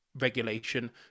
regulation